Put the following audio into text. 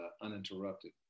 uninterrupted